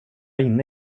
inne